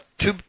two